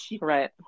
Right